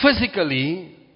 physically